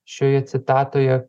šioje citatoje